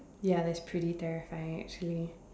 ya that's pretty terrifying actually